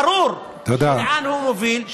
שברור לאן הוא מוביל,